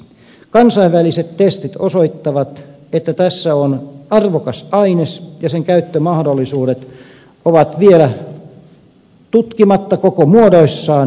kansainväliset testit osoittavat että tässä on arvokas aines ja sen käyttömahdollisuudet ovat vielä tutkimatta koko muodossaan